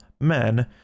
men